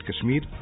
Kashmir